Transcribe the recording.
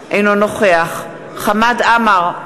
אינו נוכח חמד עמאר,